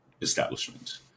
establishment